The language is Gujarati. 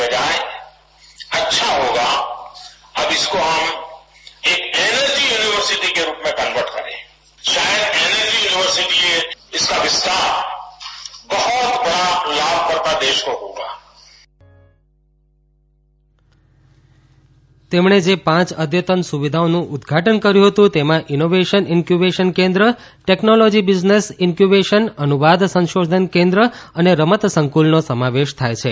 બાઇટ પ્રધાનમંત્રી તેમણે જે પાંચ અદ્યતન સુવિધાઓનું ઉદ્વાટન કર્યું હતું તેમાં ઇનોવેશન ઇન્ક્યૂબેશન કેન્દ્ર ટેકનોલોજી બિઝનેસ ઇનક્યુબેશન અનુવાદ સંશોધન કેન્દ્ર અને રમત સંકુલનો સમાવેશ થાય છે